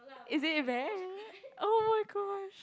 is it bad oh-my-gosh